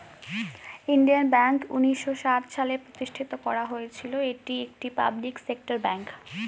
Indian bank উন্নিশো সাত সালে প্রতিষ্ঠিত করা হয়েছিল, এটি একটি পাবলিক সেক্টর ব্যাঙ্ক